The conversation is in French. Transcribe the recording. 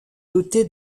doté